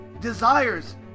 desires